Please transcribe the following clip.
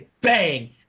bang